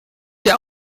dir